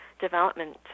development